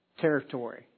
territory